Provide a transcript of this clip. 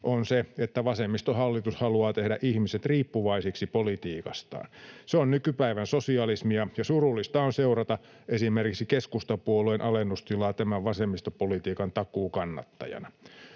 on se, että vasemmistohallitus haluaa tehdä ihmiset riippuvaisiksi politiikastaan. Se on nykypäivän sosialismia, ja surullista on seurata esimerkiksi keskustapuolueen alennustilaa tämän vasemmistopolitiikan takuukannattajana.